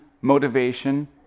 motivation